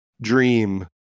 dream